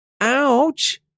Ouch